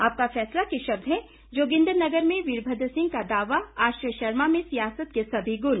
आपका फैसला के शब्द हैं जोगिन्द्रनगर में वीरभद्र सिंह का दावा आश्रय शर्मा में सियासत के सभी गुण